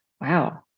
wow